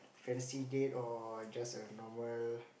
fancy date or just a normal